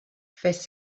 fes